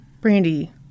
Brandy